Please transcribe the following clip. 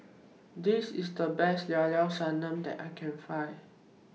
This IS The Best Llao Llao Sanum that I Can Find